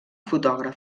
fotògraf